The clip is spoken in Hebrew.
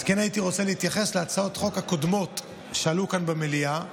כן הייתי רוצה להתייחס להצעות החוק הקודמות שעלו כאן במליאה,